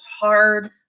hard